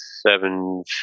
seven